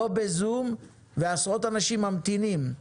לא בזום ועשרות אנשים ממתינים.